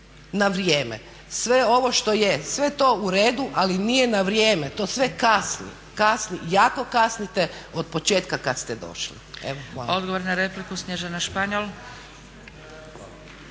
na vrijeme. Sve ovo što je, sve je to u redu ali nije na vrijeme, to sve kasni, jako kasnite od početka kad ste došli.